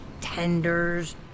tenders